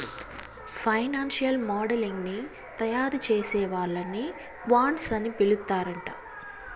financial modelling ని తయారుచేసే వాళ్ళని క్వాంట్స్ అని పిలుత్తరాంట